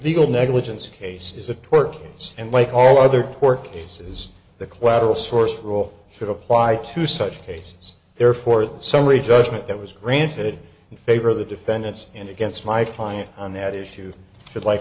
legal negligence case is a tort and like all other court cases the collateral source rule should apply to such cases therefore the summary judgment that was granted in favor of the defendants and against my client on that issue